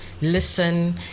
listen